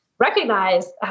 recognize